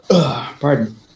Pardon